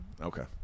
Okay